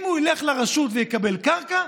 אם הוא ילך לרשות ויקבל קרקע,